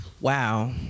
Wow